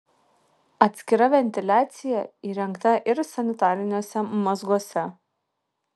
atskira ventiliacija įrengta ir sanitariniuose mazguose